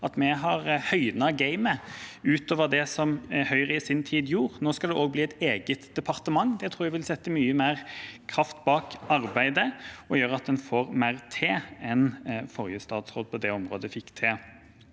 at vi har høynet gamet utover det Høyre i sin tid gjorde. Nå skal det også bli et eget departement. Det tror jeg vil sette mye mer kraft bak arbeidet og gjøre at en får til mer enn forrige statsråd på det området fikk til.